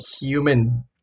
human